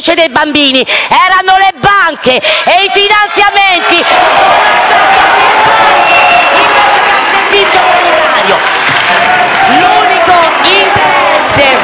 dei bambini erano le banche e i finanziamenti